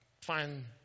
fine